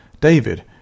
David